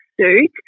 suit